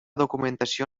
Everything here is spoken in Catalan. documentació